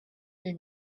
your